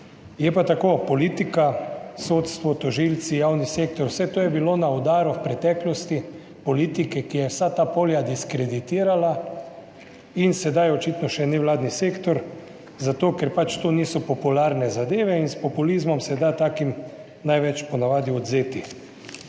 tako politika, sodstvo, tožilci, javni sektor, vse to je bilo na udaru v preteklosti politike, ki je vsa ta polja diskreditirala. In sedaj očitno še nevladni sektor, zato ker pač to niso popularne zadeve in s populizmom se da takim največ po navadi odvzeti.